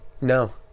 No